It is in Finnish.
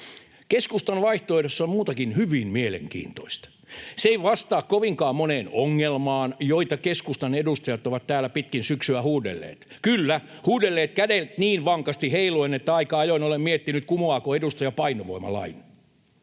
Keskustan vaihtoehdossa on muutakin hyvin mielenkiintoista. Se ei vastaa kovinkaan moneen ongelmaan, joita keskustan edustajat ovat täällä pitkin syksyä huudelleet — kyllä, huudelleet kädet niin vankasti heiluen, että aika ajoin olen miettinyt, kumoaako edustaja painovoimalain.